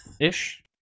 ish